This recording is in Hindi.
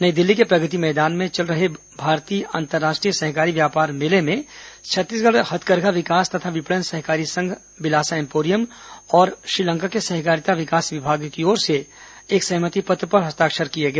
नई दिल्ली के प्रगति मैदान में चल रहे भारतीय अंतर्राष्ट्रीय सहकारी व्यापार मेला में छत्तीसगढ़ हथकरघा विकास तथा विपणन सहकारी संघ बिलासा एम्पोरियम और श्रीलंका के सहकारिता विकास विभाग की ओर से एक सहमति पत्र पर हस्ताक्षर किया गया